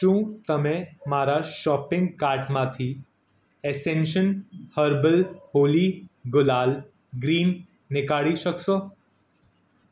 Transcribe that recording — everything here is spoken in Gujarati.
શું તમે મારા શોપિંગ કાર્ટમાંથી Essenson herbal Holi gulal green નીકાળી શકશો